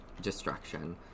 destruction